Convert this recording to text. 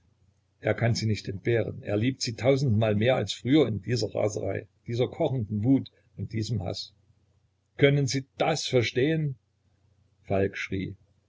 er kann sie nicht entbehren er liebt sie tausendmal mehr als früher in dieser raserei dieser kochenden wut und diesem haß können sie das verstehen falk schrie